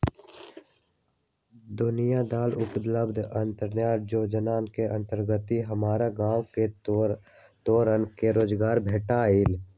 दीनदयाल उपाध्याय अंत्योदय जोजना के अंतर्गत हमर गांव के तरुन के रोजगार भेटल